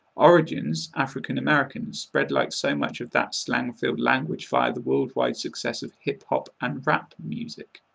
origins african-american, spread like so much of that slang-filled language via the worldwide success of hip-hop and rap music.